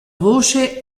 voce